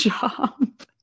job